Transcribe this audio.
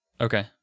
Okay